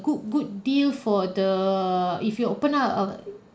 good good deal for the if you open up a